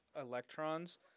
electrons